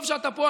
טוב שאתה פה,